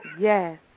Yes